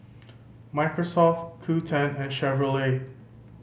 Microsoft Qoo ten and Chevrolet